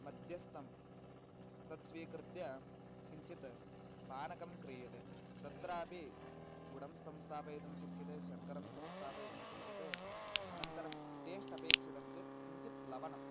मध्यस्थं तत् स्वीकृत्य किञ्चित् पानकं क्रियते तत्रापि गुडं संस्थापयितुं शक्यते शर्करं संस्थापयितुं शक्यते अनन्तरं टेस्ट् अपेक्षितं चेत् किञ्चित् लवणम्